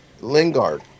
Lingard